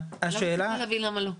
אני לא מצליחה להבין למה לא.